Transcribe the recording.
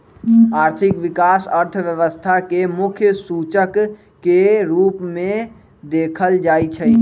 आर्थिक विकास अर्थव्यवस्था के मुख्य सूचक के रूप में देखल जाइ छइ